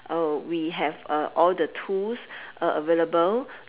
uh we have uh all the tools uh available